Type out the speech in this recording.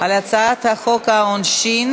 על הצעת חוק העונשין